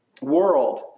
world